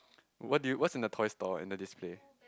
what did you what's in the toy store in the display